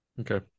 Okay